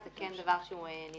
זה כן דבר שהוא נדרש.